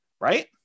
right